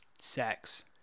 Sex